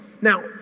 Now